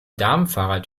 damenfahrrad